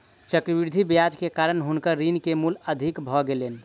चक्रवृद्धि ब्याज के कारण हुनकर ऋण के मूल अधिक भ गेलैन